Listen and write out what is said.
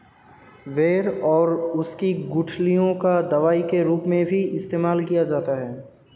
बेर और उसकी गुठलियों का दवाई के रूप में भी इस्तेमाल किया जाता है